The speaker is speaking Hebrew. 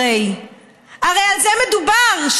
הרי על זה מדובר,